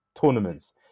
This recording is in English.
tournaments